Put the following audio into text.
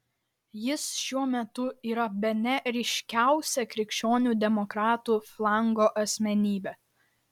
jis šiuo metu yra bene ryškiausia krikščionių demokratų flango asmenybė